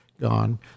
gone